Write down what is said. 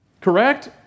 Correct